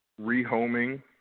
rehoming